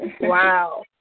Wow